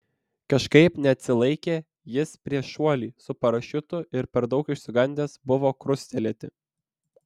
kažkaip neatsilaikė jis prieš šuolį su parašiutu ir per daug išsigandęs buvo krustelėti